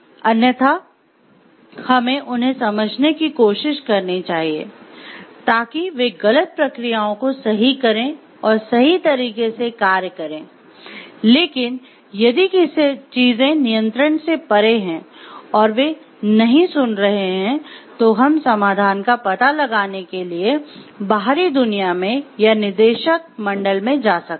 अन्यथा हमें उन्हें समझने की कोशिश करनी चाहिए ताकि वे गलत प्रक्रियाओं को सही करें और सही तरीके से कार्य करें लेकिन यदि चीजें नियंत्रण से परे हैं और वे नहीं सुन रहे हैं तो हम समाधान का पता लगाने के लिए बाहरी दुनिया में या निदेशक मंडल में जा सकते हैं